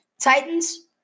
Titans